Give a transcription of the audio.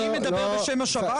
אדוני מדבר בשם השב"כ?